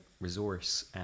resource